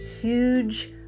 huge